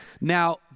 Now